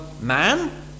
man